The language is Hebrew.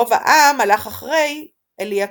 רוב העם הלך אחרי עלי הכהן.